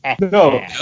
No